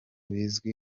bizwi